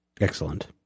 Excellent